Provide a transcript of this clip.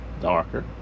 darker